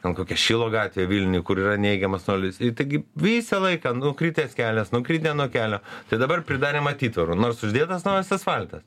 ten kokia šilo gatvė vilniuj kur yra neigiamas nuolydis taigi visą laiką nukritęs kelias nukritę nuo kelio tai dabar pridarėm atitvarų nors uždėtas naujas asfaltas